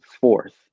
fourth